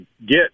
get